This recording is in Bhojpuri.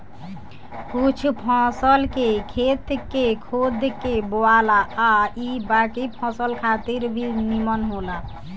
कुछ फसल के खेत के खोद के बोआला आ इ बाकी फसल खातिर भी निमन होला